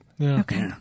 Okay